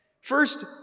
First